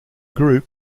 group